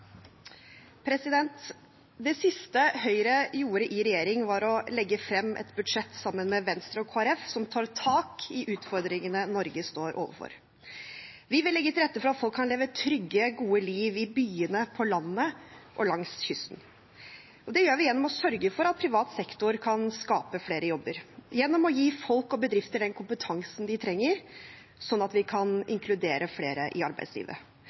Det siste Høyre gjorde i regjering, var å legge frem et budsjett, sammen med Venstre og Kristelig Folkeparti, som tar tak i utfordringene Norge står overfor. Vi vil legge til rette for at folk kan leve et trygt, godt liv i byene, på landet og langs kysten. Det gjør vi gjennom å sørge for at privat sektor kan skape flere jobber, gjennom å gi folk og bedrifter den kompetansen de trenger, slik at vi kan inkludere flere i arbeidslivet,